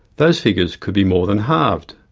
those figures could be more than halved,